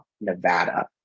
Nevada